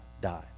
die